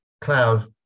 cloud